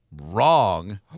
wrong